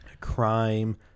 crime